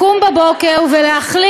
אני רוצה להעיר לאופוזיציה: אם אתם זוכרים,